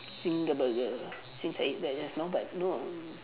Zinger Burger since I ate that just now but no